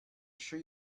sure